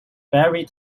varied